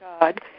God